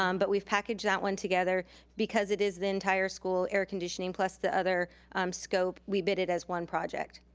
um but we've packaged that one together because it is an entire school air conditioning, plus the other scope, we bid it as one project.